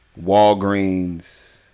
Walgreens